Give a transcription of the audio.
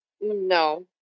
No